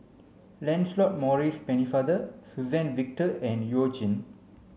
Lancelot Maurice Pennefather Suzann Victor and You Jin